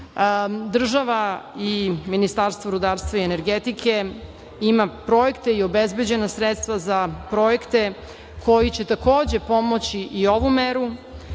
država i Ministarstvo rudarstva i energetike ima projekte i obezbeđena sredstva za projekte koji će takođe pomoći i ovu meru